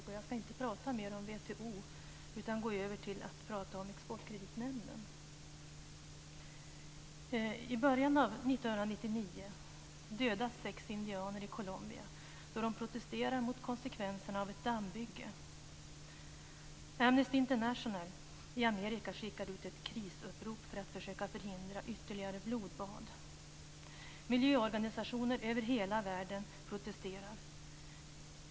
Jag skall inte tala mer om WTO utan övergå till att tala om Exportkreditnämnden. I början av 1999 dödas sex indianer i Colombia då de protesterar mot konsekvenserna av ett dammbygge. Amnesty International i Amerika skickar ut ett krisupprop för att försöka förhindra ytterligare blodbad. Miljöorganisationer över hela världen protesterar.